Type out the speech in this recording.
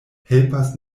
helpas